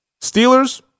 Steelers